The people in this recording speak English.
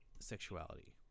sexuality